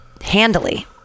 handily